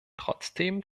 trotzdem